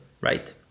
right